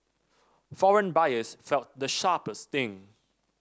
foreign buyers felt the sharpest sting